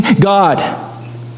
God